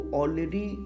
already